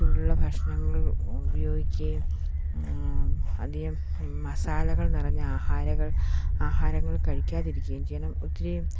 ചൂടുള്ള ഭക്ഷണങ്ങൾ ഉപയോഗിക്കുകയും അധികം മസാലകൾ നിറഞ്ഞ ആഹാരങ്ങൾ ആഹാരങ്ങൾ കഴിക്കാതിരിക്കുകയും ചെയ്യണം ഒത്തിരി